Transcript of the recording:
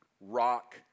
rock